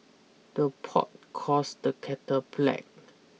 the pot calls the kettle black